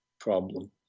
problem